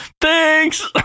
Thanks